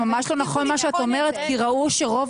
זה ממש לא נכון מה שאת אומרת כי ראו שרוב